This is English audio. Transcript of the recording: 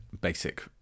basic